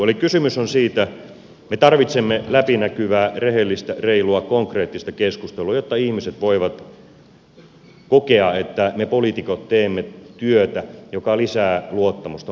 eli kysymys on siitä että me tarvitsemme läpinäkyvää rehellistä reilua konkreettista keskustelua jotta ihmiset voivat kokea että me poliitikot teemme työtä joka lisää luottamusta oman maan tulevaisuuteen